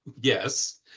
yes